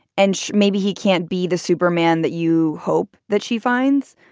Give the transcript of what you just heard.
and maybe he can't be the superman that you hope that she finds.